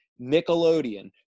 Nickelodeon